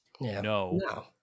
No